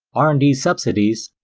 r and d subsidies,